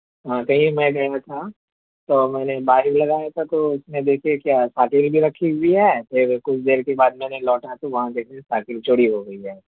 ہاں کہیں میں گیا ہوا تھا تو میں نے باہر ہی لگایا تھا تو اس میں دیکھے کیا سائکل ایک جگہ رکھی ہوئی ہے پھر کچھ دیر کے بعد میں نے لوٹا تو وہاں دیکھا کہ سائکل چوری ہو گئی ہے